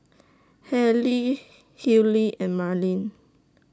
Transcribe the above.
Hailey Hillery and Marlin